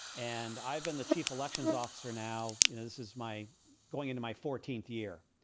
and i've been the chief elections officer now. you know, this is my going into my fourteenth year.